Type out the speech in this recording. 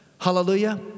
Hallelujah